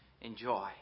enjoy